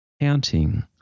counting